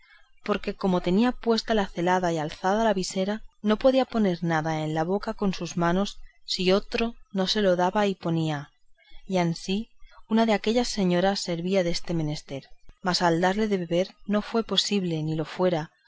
porque como tenía puesta la celada y alzada la visera no podía poner nada en la boca con sus manos si otro no se lo daba y ponía y ansí una de aquellas señoras servía deste menester mas al darle de beber no fue posible ni lo fuera